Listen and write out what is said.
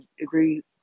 agree